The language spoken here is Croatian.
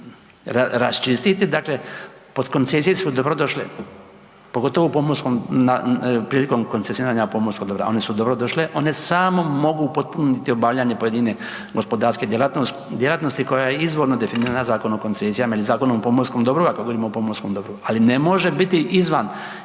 Dakle, potkoncesije su dobro došle pogotovo u pomorskom, prilikom koncesioniranja pomorskom dobra, one su dobro došle, one samo mogu upotpuniti obavljanje pojedine gospodarske djelatnosti koja je izvorno definirana Zakonom o koncesijama ili Zakonom o pomorskom dobru ako govorimo o pomorskom dobru, ali ne može biti izvan